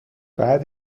بعد